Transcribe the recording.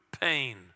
pain